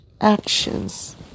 actions